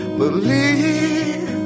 believe